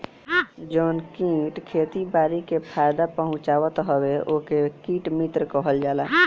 जवन कीट खेती बारी के फायदा पहुँचावत हवे ओके कीट मित्र कहल जाला